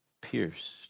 pierced